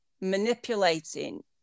manipulating